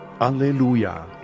Alleluia